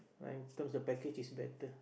uh in terms of package it's better